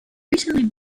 recently